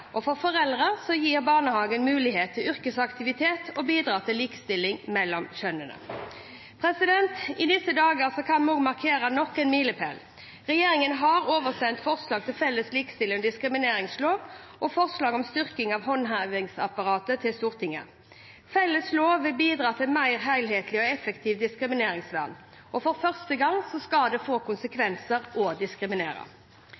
utjevning. For foreldre gir barnehagen mulighet til yrkesaktivitet og bidrar til likestilling mellom kjønnene. I disse dager kan vi markere nok en milepæl. Regjeringen har oversendt forslag til felles likestillings- og diskrimineringslov og forslag om styrking av håndhevingsapparatet til Stortinget. Felles lov vil bidra til et mer helhetlig og effektivt diskrimineringsvern. For første gang skal det få